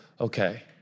Okay